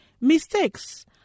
mistakes